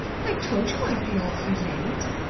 i told you i'd be awfully late.